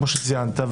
כמו שציינת,